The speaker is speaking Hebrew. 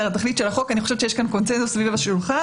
אני חושבת שיש קונצנזוס סביב השולחן